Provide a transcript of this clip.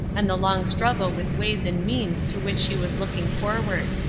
and the long struggle with ways and means to which she was looking forward.